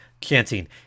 chanting